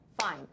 fine